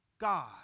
God